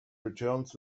returns